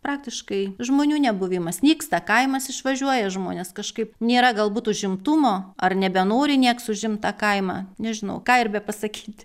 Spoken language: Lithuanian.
praktiškai žmonių nebuvimas nyksta kaimas išvažiuoja žmonės kažkaip nėra galbūt užimtumo ar nebenori nieks užimt tą kaimą nežinau ką ir bepasakyt